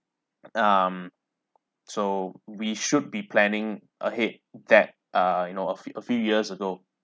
um so we should be planning ahead that uh you know a few a few years ago